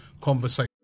conversation